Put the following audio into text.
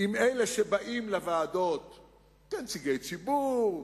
עם אלה שבאים לוועדות כנציגי ציבור,